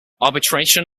arbitration